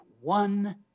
one